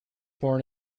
born